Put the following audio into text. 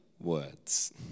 words